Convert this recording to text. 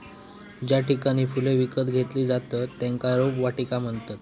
ज्या ठिकाणी फुले विकत घेतली जातत त्येका रोपवाटिका म्हणतत